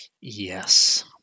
Yes